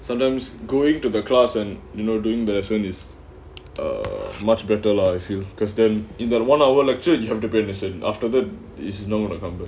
sometimes going to the class and you know doing the is a much better lah I feel because them in that one hour lecture you have depression after the is known come